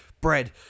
bread